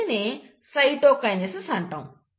దీనినే సైటోకైనెసిస్ అంటాము